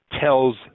tells